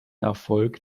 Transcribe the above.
erfolg